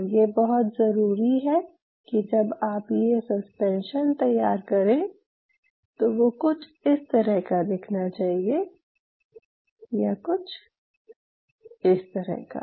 और ये बहुत ज़रूरी है कि जब आप ये सस्पेंशन तैयार करें तो वो कुछ इस तरह का दिखना चाहिए या कुछ इस तरह का